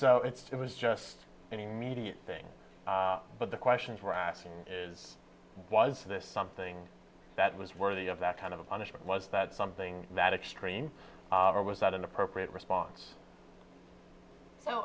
so it was just an immediate thing but the questions were asked is was this something that was worthy of that kind of a punishment was that something that extreme or was that an appropriate response